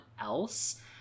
else